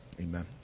Amen